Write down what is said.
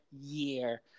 year